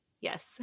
yes